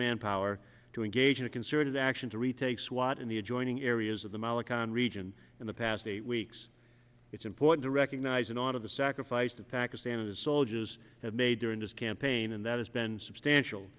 manpower to engage in a concerted action to retake swat in the adjoining areas of the malecon region in the past eight weeks it's important to recognize and honor the sacrifice that pakistan and its soldiers have made during this campaign and that has been substantial